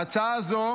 ההצעה הזו